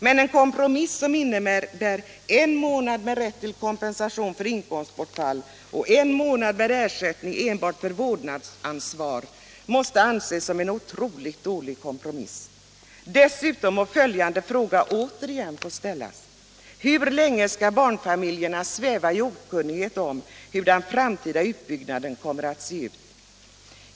Men en kompromiss som innebär en månad med kompensation för inkomstbortfall och en månad med ersättning enbart för vårdnadsansvar måste anses som otroligt dålig. Dessutom må följande fråga återigen få ställas: Hur länge skall barnfamiljerna sväva i okunnighet om hur den framtida utbyggnaden kommer att se ut?